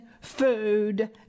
food